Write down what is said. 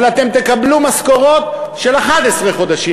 אבל אתם תקבלו משכורות של 11 חודשים,